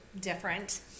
different